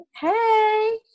hey